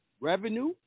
revenue